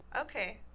Okay